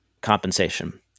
compensation